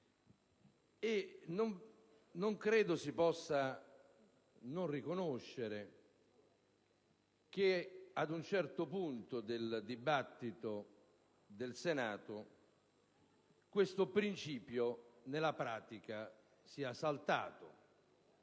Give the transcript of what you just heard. Non penso si possa non riconoscere che, ad un certo punto del dibattito in Senato, questo principio nella pratica sia saltato.